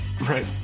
Right